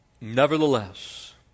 nevertheless